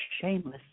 shameless